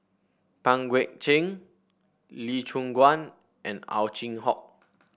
Pang Guek Cheng Lee Choon Guan and Ow Chin Hock